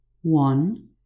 One